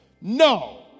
No